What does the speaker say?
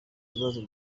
bibazo